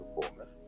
performance